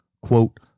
quote